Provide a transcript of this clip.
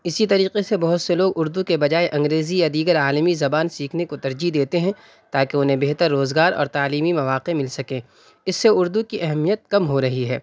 اسی طریقے سے بہت سے لوگ اردو کے بجائے انگریزی یا دیگر عالمی زبان سیکھنے کو ترجیح دیتے ہیں تاکہ انہیں بہتر روزگار اور تعلیمی مواقع مل سکیں اس سے اردو کی اہمیت کم ہو رہی ہے